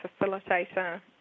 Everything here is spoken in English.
facilitator